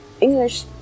English